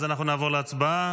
אז אנחנו נעבור להצבעה.